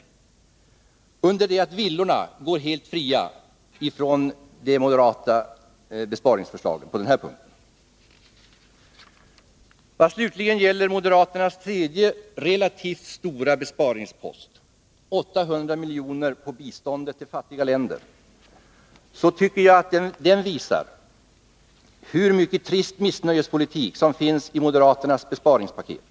Villorna går däremot på den här punkten helt fria från konsekvenserna av de moderata besparingsförslagen. Vad slutligen gäller moderaternas tredje relativt stora besparingspost, 800 miljoner när det gäller biståndet till fattiga länder, tycker jag att den visar hur mycket trist missnöjespolitik som finns i moderaternas besparingspaket.